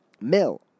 mill